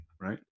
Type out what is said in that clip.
right